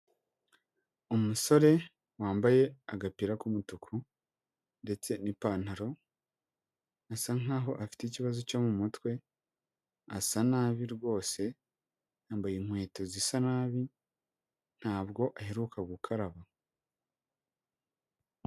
Umusore wambaye agapira k'umutuku ndetse n'ipantaro asa nkaho afite ikibazo cyo mu mutwe asa nabi rwose yambaye inkweto zisa nabi ntabwo aheruka gukaraba.